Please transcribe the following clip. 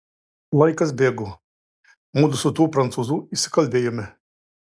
laikas bėgo mudu su tuo prancūzu įsikalbėjome